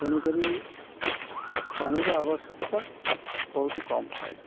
ତେଣୁକରି ପାଣିର ଆବଶ୍ୟକତା ବହୁତ କମ୍ ଥାଏ